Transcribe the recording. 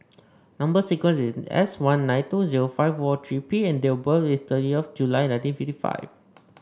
number sequence is S one nine two zero five four three P and date of birth is thirtieth of July nineteen fifty five